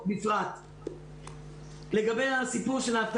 אני מפחדת שתלכו רק על הגדרות מאוד ספציפיות של רופאים,